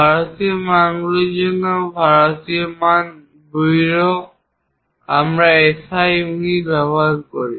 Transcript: ভারতীয় মানগুলির জন্য ভারতীয় মান ব্যুরো আমরা SI ইউনিট ব্যবহার করি